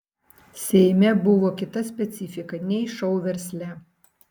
seime buvo kita specifika nei šou versle